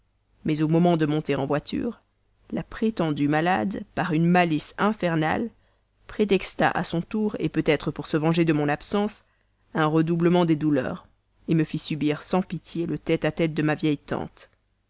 mais au moment de monter en voiture la prétendue malade par une malice infernale peut-être pour se venger de mon absence prétexta à son tour un redoublement de douleurs me fit subir sans pitié le tête-à-tête de ma vieille tante